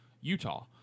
Utah